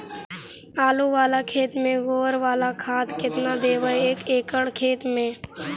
आलु बाला खेत मे गोबर बाला खाद केतना देबै एक एकड़ खेत में?